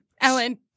Ellen